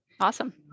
Awesome